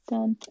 Done